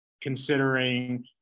considering